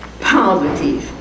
poverty